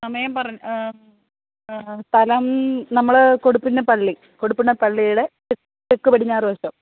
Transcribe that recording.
സമയം പറഞ്ഞ് സ്ഥലം നമ്മള് കൊടിക്കുന്നിൽ പള്ളി കൊടിക്കുന്നിൽ പള്ളിയുടെ തെ തെക്ക് പടിഞ്ഞാറുവശം